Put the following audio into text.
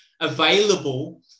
available